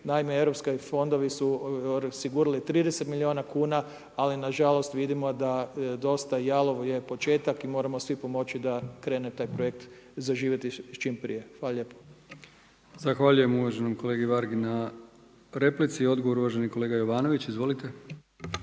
Naime, europski fondovi su osigurali 30 milijuna kuna ali na žalost vidimo da dosta jalovo je početak i moramo svi pomoći da krene taj projekt zaživjeti čim prije. Hvala lijepo. **Brkić, Milijan (HDZ)** Zahvaljujem uvaženom kolegi Vargi na replici. Odgovor uvaženi kolega Jovanović. Izvolite.